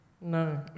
No